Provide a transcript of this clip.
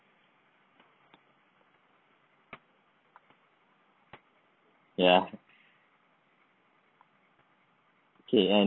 ya okay